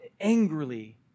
angrily